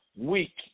weak